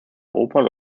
opern